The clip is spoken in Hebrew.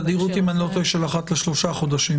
בתדירות, אם אני לא טועה, של אחת לשלושה חודשים.